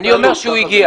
אני אומר שהוא הגיע